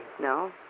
No